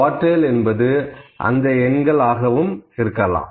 quartile என்பது எந்த எண்கள் ஆகவும் இருக்கலாம்